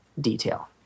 detail